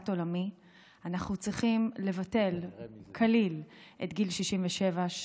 עולמי אנחנו צריכים לבטל כליל את גיל 67,